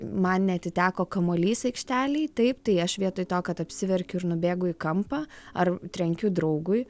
man neatiteko kamuolys aikštelėj taip tai aš vietoj to kad apsiverkiu ir nubėgu į kampą ar trenkiu draugui